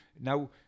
now